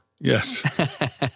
Yes